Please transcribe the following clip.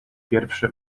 pierwsze